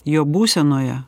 jo būsenoje